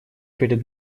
перед